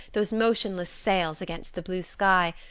those motionless sails against the blue sky,